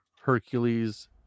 Hercules